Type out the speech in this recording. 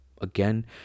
Again